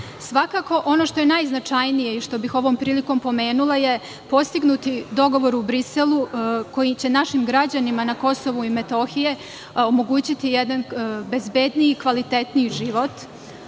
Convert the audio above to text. društva. Svakako, ono što je najznačajnije i što bih ovom prilikom pomenula je postignuti dogovor u Briselu, koji će našim građanima na Kosovu i Metohiji omogućiti jedan bezbedniji i kvalitetniji život,